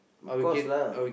of course lah